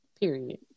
Period